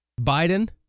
Biden